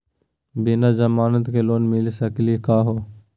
बिना जमानत के लोन मिली सकली का हो?